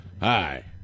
Hi